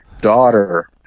daughter